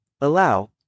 Allow